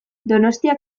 donostia